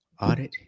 audit